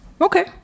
Okay